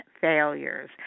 Failures